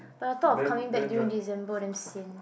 but the thought of coming back during December damn sian